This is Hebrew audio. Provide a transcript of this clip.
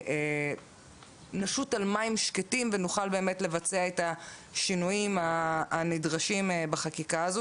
ואנחנו נשוט על מים שקטים ונוכל לבצע את השינויים הנדרשים בחקיקה הזאת.